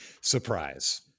surprise